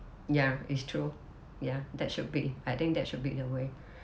ya it's true ya that should be I think that should be the way